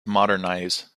modernize